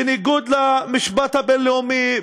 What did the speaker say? בניגוד למשפט הבין-לאומי,